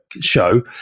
show